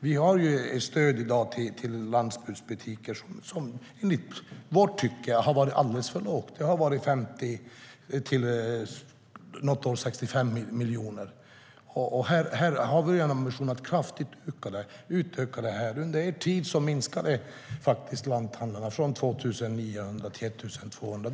Vi har i dag ett stöd till landsbygdsbutiker som i vårt tycke har varit alldeles för lågt. Det har varit 50 miljoner, något år 65 miljoner. Vi har nu en ambition att kraftigt utöka det. Under er tid minskade antalet lanthandlare från 2 900 till 1 200.